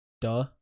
duh